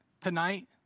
tonight